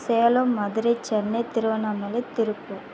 Salem Madurai Chennai Tiruvannamalai Tiruppur